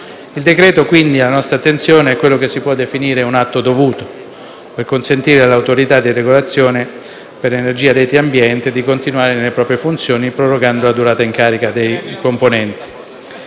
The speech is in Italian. Il decreto-legge alla nostra attenzione costituisce quindi quello che si può definire un atto dovuto per consentire all'Autorità di regolazione per energia, reti e ambiente di continuare nelle proprie funzioni, prorogando la durata in carica dei componenti.